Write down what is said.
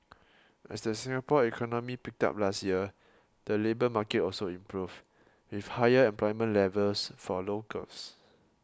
as the Singapore economy picked up last year the labour market also improved with higher employment levels for locals